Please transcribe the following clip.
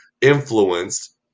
influenced